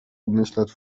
obmyślać